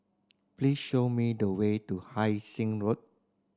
please show me the way to Hai Sing Road